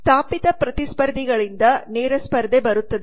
ಸ್ಥಾಪಿತ ಪ್ರತಿಸ್ಪರ್ಧಿಗಳಿಂದ ನೇರ ಸ್ಪರ್ಧೆ ಬರುತ್ತದೆ